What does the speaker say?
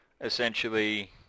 essentially